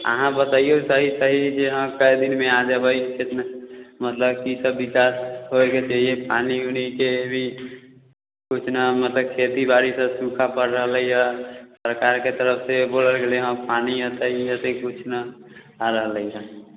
अहाँ बतैऔ सही सही जे अहाँ कएक दिनमे आ जेबै मतलब की सब विकास होइके चाहिए पानी उनीके भी किछु नहि मतलब खेती बाड़ीसब सूखा पड़ि रहलै हइ सरकारके तरफसँ एगो आ गेलै हइ पानी अएते ई अएते किछु नहि आ रहलै हइ